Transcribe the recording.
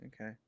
okay